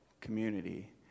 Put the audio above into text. community